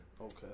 Okay